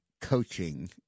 coaching